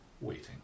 waiting